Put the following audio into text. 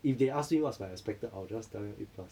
if they ask me what's my expected I'll just tell them eight plus